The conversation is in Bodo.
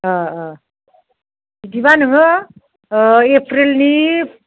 अ अ बिदिबा नोङो एप्रिलनि